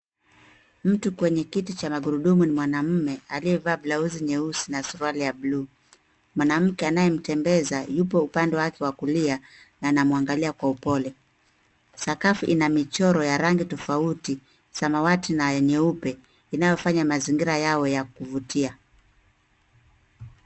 Mtu kwenye kiti cha magurudumu ni mwanamume aliyevaa blausi nyeusi na suruali ya bluu, mwanamke anayemtembeza yupo upande wake wa kulia na anamwangalia kwa upole. Sakafu ina michoro ya rangi tofauti, samawati na nyeupe inayofanya mazingira yao ya kuvutia.